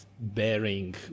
bearing